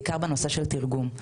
בעיקר בנושא של תרגום.